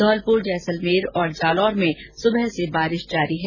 घौलपुर जैसलमेर और जालोर में सुबह से बारिश जारी है